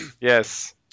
Yes